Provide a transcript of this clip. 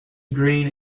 green